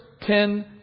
ten